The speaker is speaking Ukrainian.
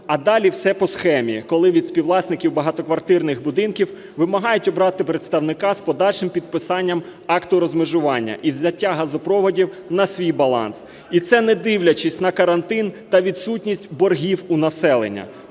А далі все по схемі, коли від співвласників багатоквартирних будинків вимагають обрати представника з подальшим підписанням акта розмежування і взяття газопроводів на свій баланс. І це, не дивлячись на карантин та відсутність боргів у населення.